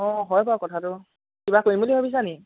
অঁ হয় বাৰু কথাটো কিবা কৰিম বুলি ভাবিছানি